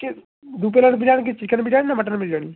কী দু প্লেটের বিরিয়ানি কি চিকেন বিরিয়ানি না মাটন বিরিয়ানি